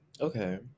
Okay